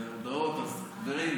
אז חברים,